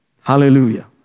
Hallelujah